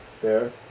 fair